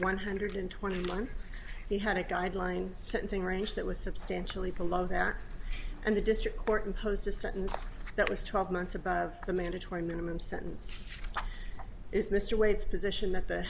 one hundred twenty months he had a guideline sentencing range that was substantially below that and the district court imposed a sentence that was twelve months above the mandatory minimum sentence is mr wade's position that the